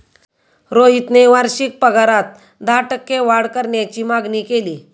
रोहितने वार्षिक पगारात दहा टक्के वाढ करण्याची मागणी केली